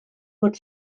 fod